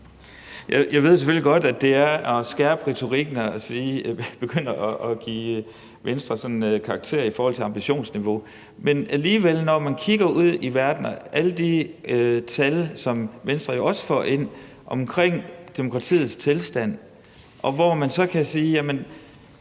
Jeg ved selvfølgelig godt, at det er at skærpe retorikken at begynde at give Venstre karakterer i forhold til ambitionsniveau. Men alligevel vil jeg sige, at når man kigger ud i verden og på alle de tal, som Venstre jo også får ind, omkring demokratiets tilstand, så kan man spørge, om